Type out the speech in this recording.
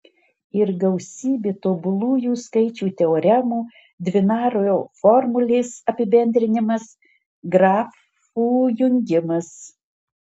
ir gausybė tobulųjų skaičių teoremų dvinario formulės apibendrinimas grafų jungimas